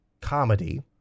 comedy